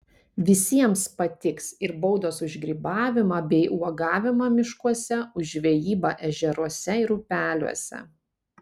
visiems patiks ir baudos už grybavimą bei uogavimą miškuose už žvejybą ežeruose ir upeliuose